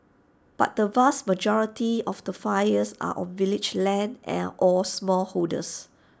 but the vast majority of the fires are on village lands and or smallholders